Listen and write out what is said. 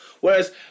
Whereas